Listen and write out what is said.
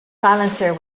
silencer